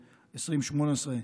ב-2018,